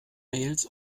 mails